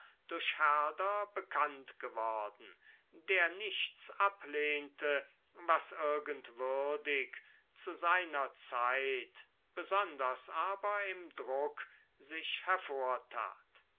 herder bekannt geworden der nichts ablehnte was irgend würdig zu seiner zeit besonders aber im druck sich hervortat